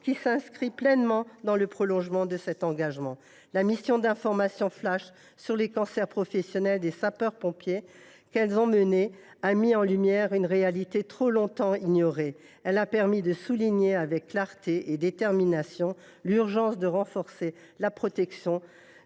qui s’inscrit pleinement dans le prolongement de cet engagement. La mission d’information flash sur les cancers professionnels des sapeurs pompiers menée par nos collègues a mis en lumière une réalité trop longtemps ignorée ; elle a permis de souligner avec clarté et détermination l’urgence de renforcer la protection